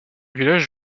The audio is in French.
village